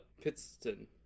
Pittston